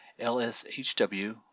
lshw